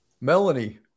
Melanie